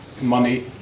money